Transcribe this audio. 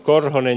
korhonen